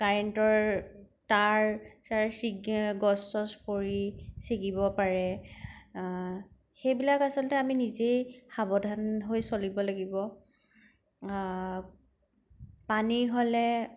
কাৰেণ্টৰ তাঁৰ চাৰ ছিগে গছ চছ পৰি ছিগিব পাৰে সেইবিলাক আচলতে আমি নিজেই সাৱধান হৈ চলিব লাগিব পানী হ'লে